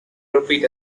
repeat